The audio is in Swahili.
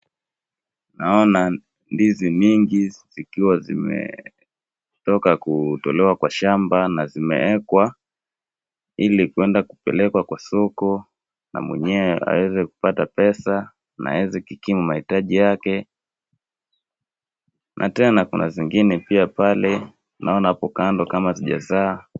Naona ndizi mingi zikiwa zimetoka kutolewa kwa shamba na zimeekwa ili kueda kupelekwa kwa soko na mwenyewe aeze kupata pesa na aeze kukimu mahitaji yake na tena kuna zingine pia pale naona apo kando kama hazijazaa.